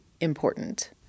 important